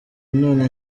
none